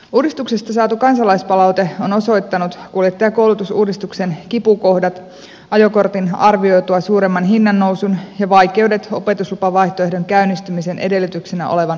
uudistuksesta saatu kansalaispalaute on osoittanut kuljettajakoulutusuudistuksen kipukohdat ajokortin arvioitua suuremman hinnannousun ja vaikeudet opetuslupavaihtoehdon käynnistymisen edellytyksenä olevan opetuksen saamisessa